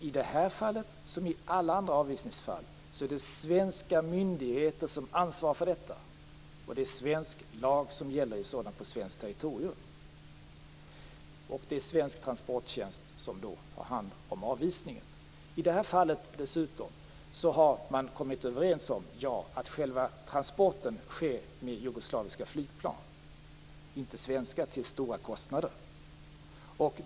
I det här fallet liksom i alla andra avvisningsfall är det svenska myndigheter som ansvarar för detta, det är svensk lag som gäller på svenskt territorium och det är svensk transporttjänst som har hand om avvisningen. I det här fallet har man kommit överens om att själva transporten sker med jugoslaviska flygplan och inte med svenska till stora kostnader.